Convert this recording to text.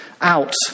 out